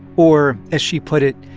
or as she put it,